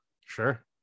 Sure